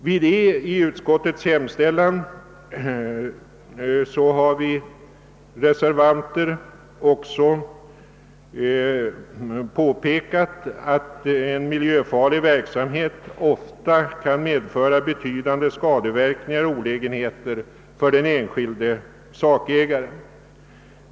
Vid D i utskottets hemställan har vi reservanter också påpekat, att en miljöfarlig verksamhet ofta kan medföra betydande skadeverkningar och olägenheter för den enskilde sakägaren.